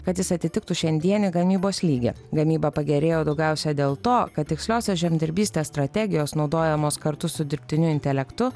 kad jis atitiktų šiandienį gamybos lygį gamyba pagerėjo daugiausia dėl to kad tiksliosios žemdirbystės strategijos naudojamos kartu su dirbtiniu intelektu